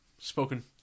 Spoken